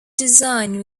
design